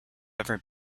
ever